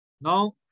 Now